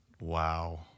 Wow